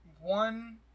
one